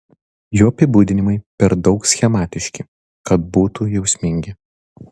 jo apibūdinimai per daug schematiški kad būtų jausmingi